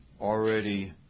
already